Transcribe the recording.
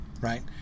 right